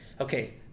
okay